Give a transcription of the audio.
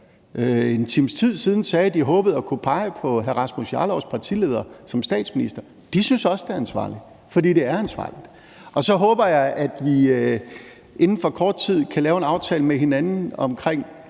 en times tid siden sagde, at de håbede at kunne pege på hr. Rasmus Jarlovs partileder som statsminister, og de synes også, det er ansvarligt, fordi det er ansvarligt. Og så håber jeg, at vi inden for kort tid kan lave en aftale med hinanden om